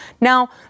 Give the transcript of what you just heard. Now